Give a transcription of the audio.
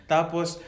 Tapos